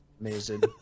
amazing